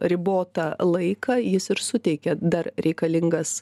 ribotą laiką jis ir suteikia dar reikalingas